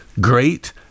Great